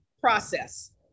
process